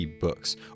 books